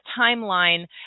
timeline